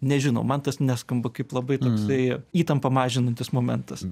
nežinau man tas neskamba kaip labai toksai įtampą mažinantis momentas